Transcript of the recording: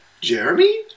Jeremy